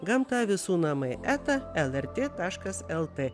gamta visų namai eta lrt taškas lt